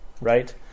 right